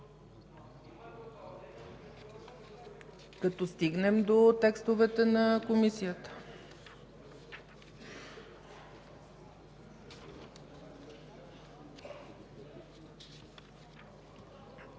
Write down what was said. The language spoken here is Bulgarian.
Като стигнем до текстовете на Комисията.